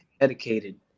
dedicated